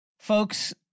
Folks